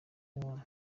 mwana